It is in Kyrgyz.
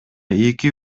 эки